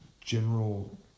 General